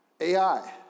AI